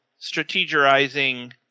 strategizing